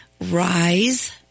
rise